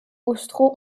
austro